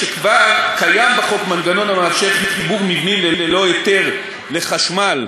משכבר קיים בחוק מנגנון המאפשר חיבור מבנים ללא היתר לחשמל,